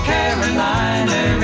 Carolina